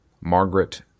Margaret